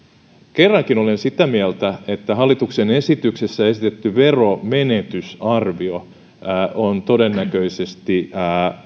kerrankin olen sitä mieltä että hallituksen esityksessä esitetty veronmenetysarvio on todennäköisesti